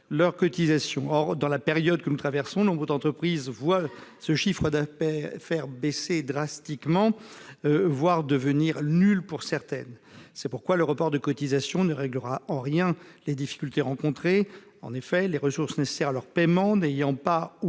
les acquitter. Or, dans la période que nous traversons, nombre d'entreprises voient ce chiffre d'affaires baisser drastiquement, jusqu'à devenir nul pour certaines. C'est pourquoi le report de ces cotisations ne réglera en rien les difficultés rencontrées, les ressources nécessaires à leur paiement n'ayant pas